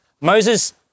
Moses